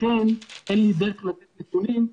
לכן אין לי דרך לתת נתונים.